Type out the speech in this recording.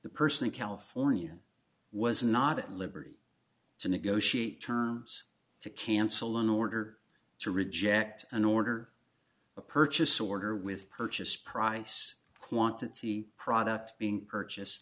the person in california was not at liberty to negotiate terms to cancel an order to reject an order a purchase order with purchase price quantity product being purchase